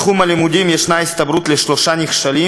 בתחום הלימודים ישנה הסתברות לשלושה נכשלים